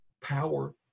power